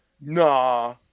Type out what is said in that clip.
Nah